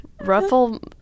ruffle